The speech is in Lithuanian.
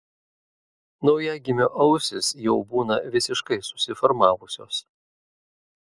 naujagimio ausys jau būna visiškai susiformavusios